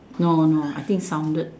no no I think sounded